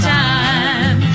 time